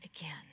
again